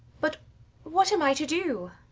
but what am i to do?